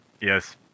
Yes